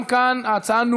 לא